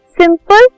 simple